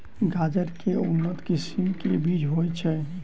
गाजर केँ के उन्नत किसिम केँ बीज होइ छैय?